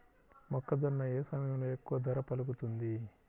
మొక్కజొన్న ఏ సమయంలో ఎక్కువ ధర పలుకుతుంది?